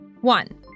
One